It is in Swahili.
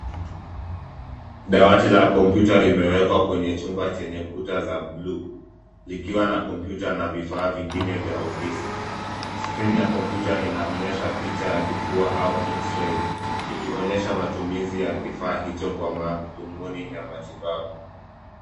Dawati la kompyuta limewekwa kwenye chumba chenye kuta za bluu likiwa na kompyuta na vifaa vingine vya ofisi. Skrini ya kompyuta inaonyesha picha ya kifua au eksirei ikionyesha matumizi ya kifaa hicho kwa madhumuni ya matibabu.